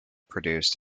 produced